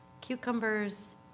cucumbers